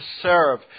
serve